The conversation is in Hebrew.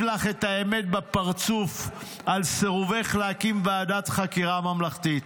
לך את האמת בפרצוף על סירובך להקים ועדת חקירה ממלכתית.